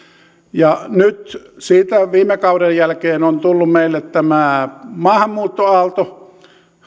ja nyt sitten on viime kauden jälkeen tullut meille tämä maahanmuuttoaalto ei